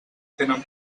tenen